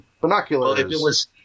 binoculars